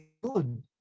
good